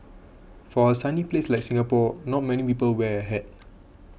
for a sunny place like Singapore not many people wear a hat